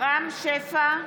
רם שפע,